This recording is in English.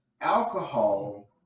alcohol